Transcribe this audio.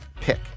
pick